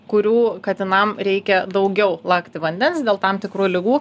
kurių katinam reikia daugiau lakti vandens dėl tam tikrų ligų